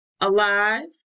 alive